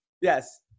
Yes